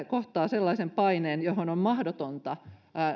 kohtaa sellaisen paineen johon on mahdotonta